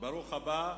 ברוך הבא,